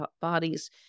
bodies